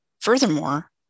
Furthermore